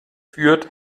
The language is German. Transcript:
führt